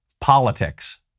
politics